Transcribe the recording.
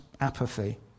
apathy